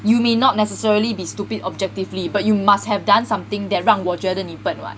you may not necessarily be stupid objectively but you must have done something that 让我觉得你笨 [what]